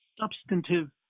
substantive